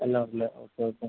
എല്ലാം ഉണ്ട് അല്ലേ ഓക്കെ